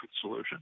solution